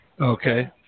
Okay